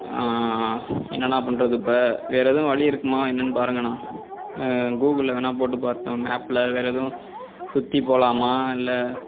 என்னாண்ணா பண்ணுறது இப்போ வேறு ஏதும் வழி இருக்குமா என்னன்னு பாருங்கண்ணா கூகிளில் வேணா போட்டு பாருங்க மேப்பில் வேறு எதுவும் சுற்றி போகலாமா இல்லை